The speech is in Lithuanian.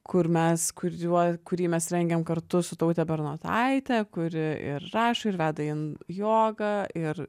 kur mes kuriuo kurį mes rengiam kartu su taute bernotaite kuri ir rašo ir veda in joga ir